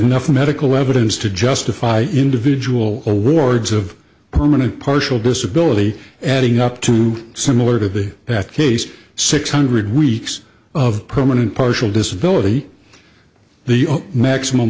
enough medical evidence to justify individual awards of permanent partial disability adding up to similar to that case six hundred weeks of permanent partial disability the maximum